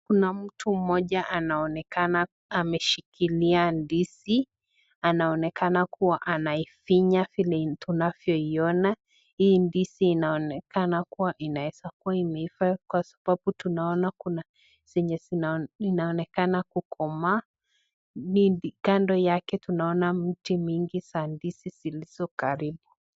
Kuna mtu mmoja anaonekana ameshikilia ndizi, anaonekana kuwa anaifinya vile tunavyoiona, hii ndizi inaonekana kuwa inaweza kuwa imeiva, kwa sababu tunaona kuna zenye zinaonekana kukomaa, kando yake tunaona miti mingi za ndizi zilizo karibu